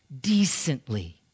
decently